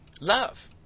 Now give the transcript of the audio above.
love